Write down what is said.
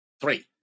Three